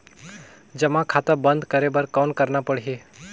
जमा खाता बंद करे बर कौन करना पड़ही?